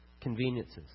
conveniences